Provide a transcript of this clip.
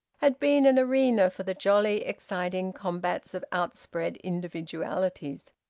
had been an arena for the jolly, exciting combats of outspread individualities.